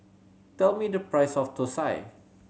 tell me the price of thosai